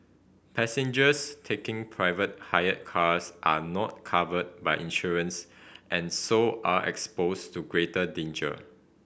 passengers taking private hire cars are not covered by insurance and so are exposed to greater danger